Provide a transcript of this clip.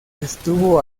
estuvo